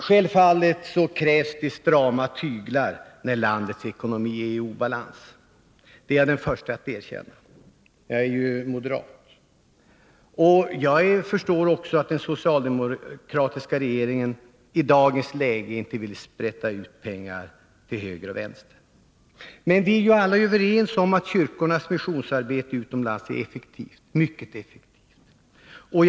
Självfallet krävs strama tyglar när landets ekonomi är i obalans. Det är jag den förste att erkänna — jag är ju moderat. Jag förstår också att den socialdemokratiska regeringen i dagens läge inte vill sprätta ut pengar till höger och vänster. Men vi är alla överens om att kyrkornas missionsarbete utomlands är mycket effektivt.